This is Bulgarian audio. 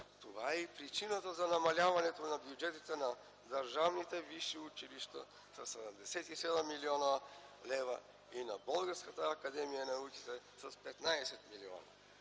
Това е и причината за намаляването на бюджетите на държавните висши училища със 77 млн. лв. и на Българската академия на науките с 15 милиона.